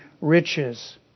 riches